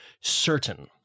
certain